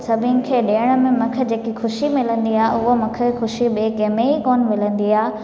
सभिनि खे ॾियण में मूंखे जेकी ख़ुशी मिलंदी आहे उअ मुखे ख़ुशी ॿिए कंहिंमें ई कोन मिलंदी आहे